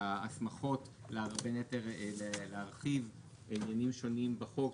שההסמכות להרחיב עניינים שונים בחוק,